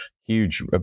huge